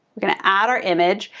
we're gonna add our image.